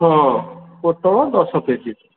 ହଁ ପୋଟଳ ଦଶ କେଜି